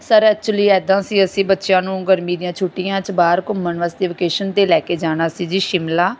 sir actually ਐਦਾਂ ਸੀ ਅਸੀਂ ਬੱਚਿਆਂ ਨੂੰ ਗਰਮੀ ਦੀਆਂ ਛੁੱਟੀਆਂ 'ਚ ਬਾਹਰ ਘੁੰਮਣ ਵਾਸਤੇ ਵੋਕੇਸ਼ਨ 'ਤੇ ਲੈ ਕੇ ਜਾਣਾ ਸੀ ਜੀ ਸ਼ਿਮਲਾ